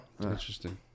Interesting